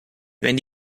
wenn